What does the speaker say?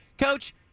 Coach